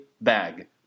Bag